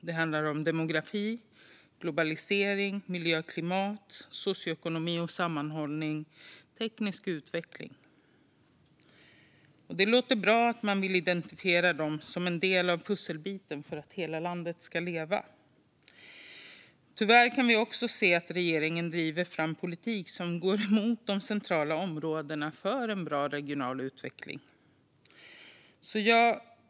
Det handlar om demografi, globalisering, miljö och klimat, socioekonomi och sammanhållning samt teknisk utveckling. Det låter bra att man vill identifiera dessa som en del i pusslet för att hela landet ska leva. Tyvärr kan vi också se att regeringen driver fram politik som går emot de centrala områdena för en bra regional utveckling.